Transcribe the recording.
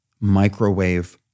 microwave